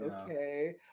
okay